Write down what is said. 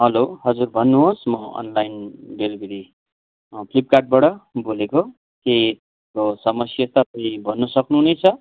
hello हजुर भन्नुहोस् म अनलाइन डेलिभरी फ्लिपकार्टबाट बोलेको के समस्या तपाईँले भन्नु सक्नुहुनेछ